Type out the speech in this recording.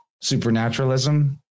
supernaturalism